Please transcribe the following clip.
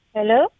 Hello